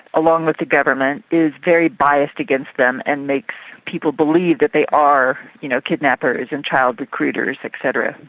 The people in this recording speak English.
along with the government, is very biased against them and makes people believe that they are you know kidnappers and child recruiters et cetera,